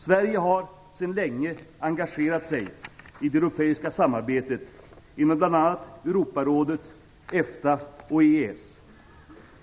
Sverige har sedan länge engagerat sig i det europeiska samarbetet inom bl.a. Europarådet, EFTA och EES.